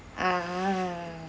ah